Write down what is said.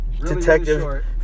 Detective